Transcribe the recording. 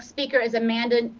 speaker is amanda.